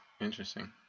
Interesting